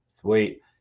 Sweet